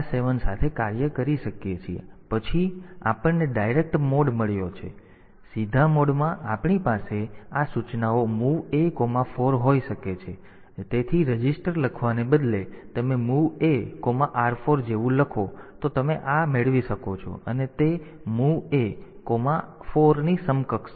તેથી પછી આપણને ડાયરેક્ટ મોડ મળ્યો છે તેથી સીધા મોડમાં આપણી પાસે આ સૂચનાઓ MOV A4 હોઈ શકે છે તેથી રજીસ્ટર લખવાને બદલે જ્યારે તમે MOV AR4 જેવું લખો તો તમે આ મેળવી શકો છો અને તે MOV A4 ની સમકક્ષ છે